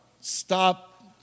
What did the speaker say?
stop